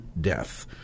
death